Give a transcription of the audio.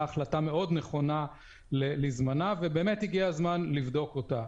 החלטה מאוד נכונה לזמנה ובאמת הגיע הזמן לבדוק אותה.